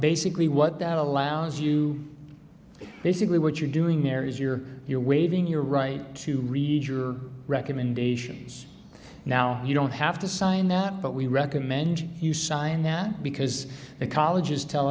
basically what that allows you basically what you're doing air is you're you're waving your right to read your recommendations now you don't have to sign that but we recommend you sign that because the colleges tell